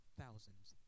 thousands